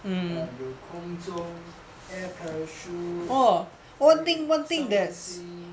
ah 有空中 air parachute 还有 someone sing